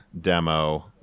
demo